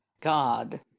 God